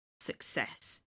success